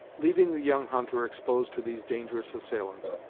leaving the young hunter exposed to these dangerous assailants,